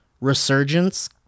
resurgence